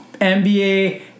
NBA